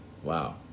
wow